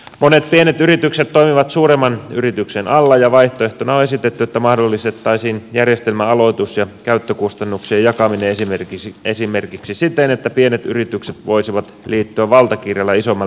monet pienet yritykset toimivat suuremman yrityksen alla ja vaihtoehtona on esitetty että mahdollistettaisiin järjestelmän aloitus ja käyttökustannuksien jakaminen esimerkiksi siten että pienet yritykset voisivat liittyä valtakirjalla isomman lääkärikeskuksen kautta